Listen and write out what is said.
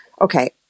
okay